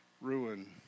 ruin